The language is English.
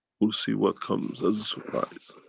we'll see what comes as a surprise.